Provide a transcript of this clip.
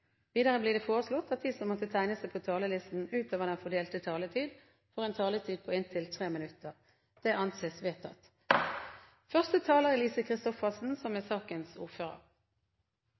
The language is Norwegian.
Videre blir det foreslått at de som måtte tegne seg på talerlisten utover den fordelte taletid, får en taletid på inntil 3 minutter. – Det anses vedtatt. Første taler er Kjersti Toppe, som er sakens ordfører.